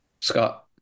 Scott